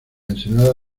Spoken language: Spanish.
ensenada